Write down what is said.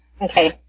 Okay